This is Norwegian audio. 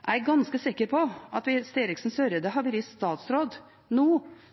jeg er ganske sikker på at hvis Eriksen Søreide hadde vært statsråd nå,